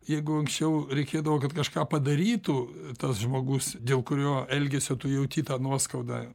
jeigu anksčiau reikėdavo kad kažką padarytų tas žmogus dėl kurio elgesio tu jauti tą nuoskaudą